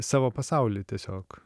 savo pasaulį tiesiog